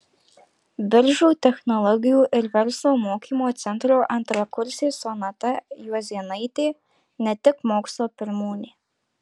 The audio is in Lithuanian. biržų technologijų ir verslo mokymo centro antrakursė sonata juozėnaitė ne tik mokslo pirmūnė